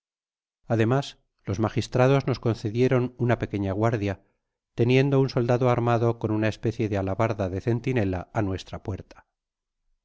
además los magistrados nos concedieron una pequeña guardia teniendo un soldado armado con una especie de alabarda de centinela á nuestra puerta